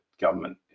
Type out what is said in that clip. government